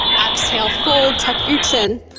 exhale, fold, tuck your chin.